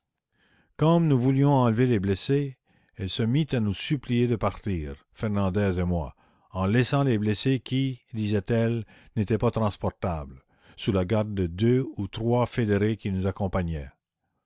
comme nous voulions enlever les blessés elle se mit à nous supplier de partir fernandez et moi en laissant les blessés qui disait-elle n'étaient pas transportables sous la garde des deux ou trois fédérés qui nous accompagnaient